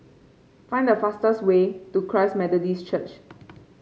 find the fastest way to Christ Methodist Church